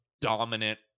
dominant